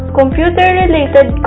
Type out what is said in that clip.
computer-related